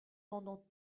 pendant